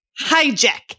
hijack